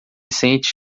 sente